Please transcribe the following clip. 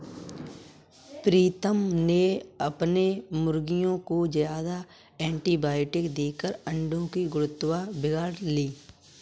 प्रीतम ने अपने मुर्गियों को ज्यादा एंटीबायोटिक देकर अंडो की गुणवत्ता बिगाड़ ली